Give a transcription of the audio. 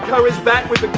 i. was back with